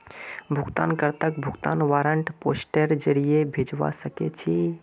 भुगतान कर्ताक भुगतान वारन्ट पोस्टेर जरीये भेजवा सके छी